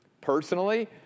personally